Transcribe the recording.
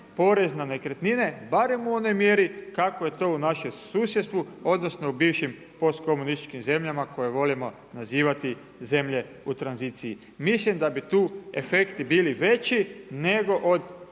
porez na nekretnine barem u onoj mjeri kako je to u našem susjedstvu odnosno u bivšim post-komunističkim zemljama koje volimo nazivati zemlje u tranziciji. Mislim da bi tu efekti bili veći nego od